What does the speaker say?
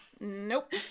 Nope